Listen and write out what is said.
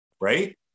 right